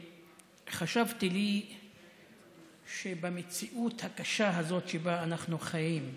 וחשבתי לי שבמציאות הקשה הזאת שבה אנחנו חיים,